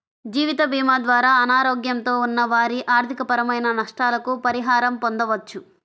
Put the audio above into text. జీవితభీమా ద్వారా అనారోగ్యంతో ఉన్న వారి ఆర్థికపరమైన నష్టాలకు పరిహారం పొందవచ్చు